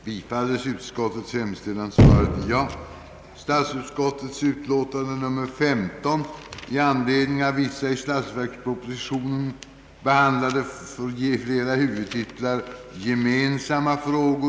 Herr talman! Eftersom herr Lundberg inte framställde något särskilt yrkande ber jag endast att få yrka bifall till utskottets hemställan. verkspropositionen behandlade för flera huvudtitlar gemensamma frågor,